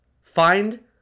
Find